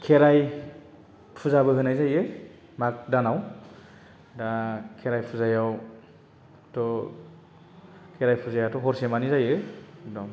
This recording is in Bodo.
खेराय फुजाबो होनाय जायो माग दानाव दा खेराय फुजायाव थ' खेराय फुजायाथ' हरसे मानि जायो दं